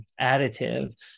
additive